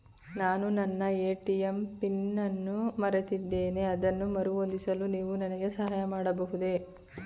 ನಾನು ನನ್ನ ATM pin ಅನ್ನು ಮರೆತಿದ್ದೇನೆ ಅದನ್ನು ಮರುಹೊಂದಿಸಲು ನೀವು ನನಗೆ ಸಹಾಯ ಮಾಡಬಹುದೇ?